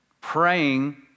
Praying